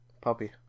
puppy